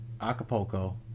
Acapulco